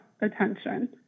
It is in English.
attention